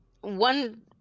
One